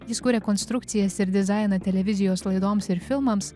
jis kuria konstrukcijas ir dizainą televizijos laidoms ir filmams